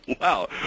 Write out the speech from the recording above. Wow